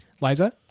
Liza